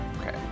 Okay